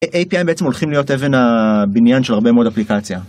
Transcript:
API בעצם הולכים להיות אבן הבניין של הרבה מאוד אפליקציה.